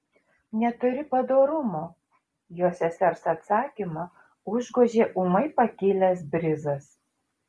neturi padorumo jo sesers atsakymą užgožė ūmai pakilęs brizas